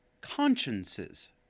consciences